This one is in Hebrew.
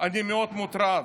אני מאוד מוטרד.